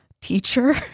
teacher